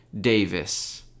Davis